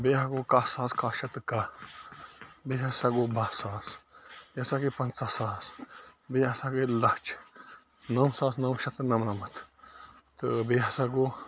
بیٚیہِ ہا گوٚو کَہہ ساس کَہہ شَتھ تہٕ کَہہ بیٚیہِ ہسا گوٚو بَہہ ساس بیٚیہِ ہسا گٔے پَنٛژاہ ساس بیٚیہِ ہسا گٔے لَچھ نَو ساس نَو شَتھ تہٕ نَمنَمَتھ تہٕ بیٚیہِ ہسا گوٚو